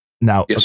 now